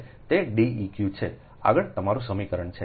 તે Deq છે આગળ તમારું સમીકરણ છે